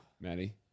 Maddie